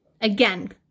Again